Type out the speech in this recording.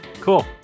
cool